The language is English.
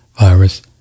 virus